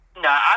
No